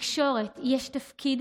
לתקשורת יש תפקיד